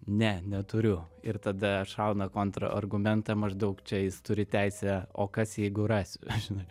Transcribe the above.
ne neturiu ir tada šauna kontrargumentą maždaug čia jis turi teisę o kas jeigu rasiu žinai